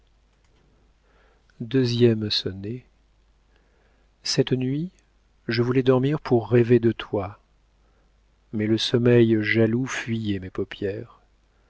deuxième sonnet cette nuit je voulais dormir pour rêver de toi mais le sommeil jaloux fuyait mes paupières